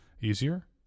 easier